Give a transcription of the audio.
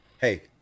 Hey